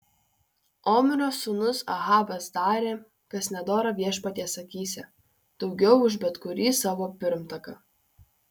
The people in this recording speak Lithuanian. omrio sūnus ahabas darė kas nedora viešpaties akyse daugiau už bet kurį savo pirmtaką